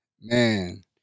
man